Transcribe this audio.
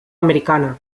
americana